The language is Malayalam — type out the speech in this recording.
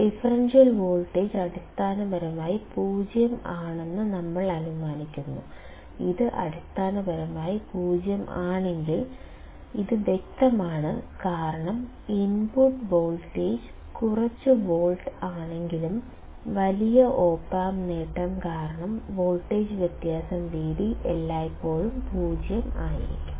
ഡിഫറൻഷ്യൽ വോൾട്ടേജ് അടിസ്ഥാനപരമായി 0 ആണെന്ന് നമ്മൾ അനുമാനിക്കുന്നു ഇത് അടിസ്ഥാനപരമായി 0 ആണെങ്കിൽ ഇത് വ്യക്തമാണ് കാരണം ഇൻപുട്ട് വോൾട്ടേജ് കുറച്ച് വോൾട്ട് ആണെങ്കിലും വലിയ op amp നേട്ടം കാരണം വോൾട്ടേജ് വ്യത്യാസം Vd എല്ലായ്പ്പോഴും 0 ആയിരിക്കും